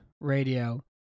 radio